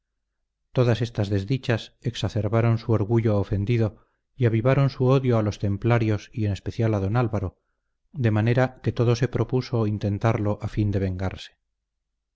todas estas desdichas exacerbaron su orgullo ofendido y avivaron su odio a los templarios y en especial a don álvaro de manera que todo se propuso intentarlo a fin de vengarse